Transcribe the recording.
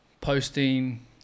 posting